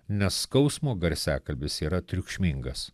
nes skausmo garsiakalbis yra triukšmingas